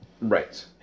Right